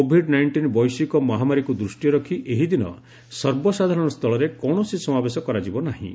Covid nineteen ବୈଶ୍ୱିକ ମହାମାରୀକୁ ଦୃଷ୍ଟିରେ ରଖି ଏହିଦିନ ସର୍ବସାଧାରଣସ୍ଥଳରେ କୌଣସି ସମାବେଶ କରାଯିବ ନାହିଁ